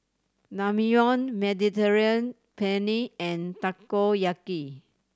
Naengmyeon Mediterranean Penne and Takoyaki